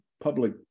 public